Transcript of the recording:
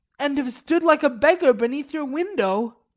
and have stood like a beggar beneath your window.